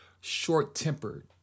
short-tempered